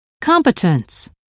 Competence